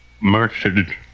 Murdered